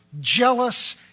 jealous